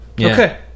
Okay